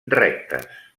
rectes